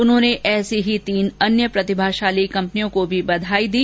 उन्होंने ऐसी ही तीन अन्य प्रतिभाशाली कम्पनियों को भी बधाई दी